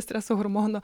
streso hormono